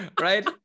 right